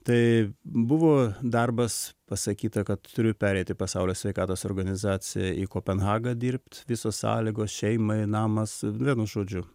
tai buvo darbas pasakyta kad turiu pereiti pasaulio sveikatos organizaciją į kopenhagą dirbt visos sąlygos šeimai namas vienu žodžiu